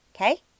okay